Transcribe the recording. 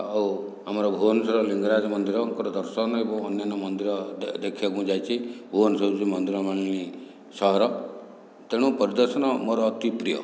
ଆଉ ଆମର ଭୁବନେଶ୍ଵର ଲିଙ୍ଗରାଜ ମନ୍ଦିରଙ୍କର ଦର୍ଶନ ଏବଂ ଅନ୍ୟାନ୍ୟ ମନ୍ଦିର ଦେଖିବାକୁ ମୁଁ ଯାଇଛି ଭୁବନେଶ୍ଵର ହେଉଛି ମନ୍ଦିରମାଳିନୀ ସହର ତେଣୁ ପରିଦର୍ଶନ ମୋର ଅତି ପ୍ରିୟ